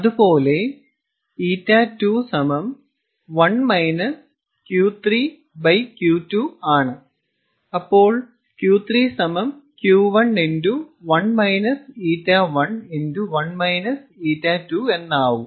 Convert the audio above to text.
അതുപോലെ ƞ21 Q3Q2 ആണ് അപ്പോൾ Q3Q11 ƞ1 1 ƞ2 എന്നാവും